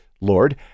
Lord